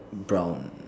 brown